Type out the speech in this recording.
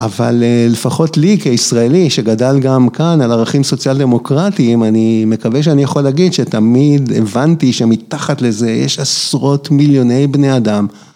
אבל אה... לפחות לי, כישראלי, שגדל גם כאן, על ערכים סוציאל דמוקרטיים, אני מקווה שאני יכול להגיד שתמיד הבנתי שמתחת לזה, יש עשרות מיליוני בני אדם,